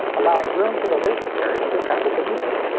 allowing room for the laser carriage to travel beneath it.